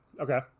Okay